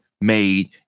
made